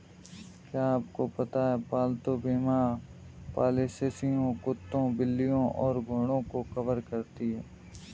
क्या आपको पता है पालतू बीमा पॉलिसियां कुत्तों, बिल्लियों और घोड़ों को कवर करती हैं?